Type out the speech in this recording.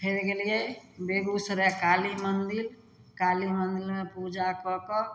फेर गेलियै बेगुसराय काली मन्दिर काली मन्दिरमे पूजा कऽ कऽ